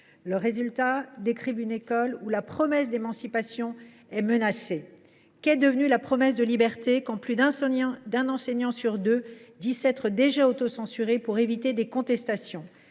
de leurs travaux, une école où la promesse d’émancipation est menacée. Qu’est devenue la promesse de liberté quand plus d’un enseignant sur deux dit s’être déjà autocensuré pour éviter des contestations ?